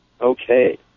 Okay